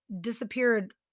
disappeared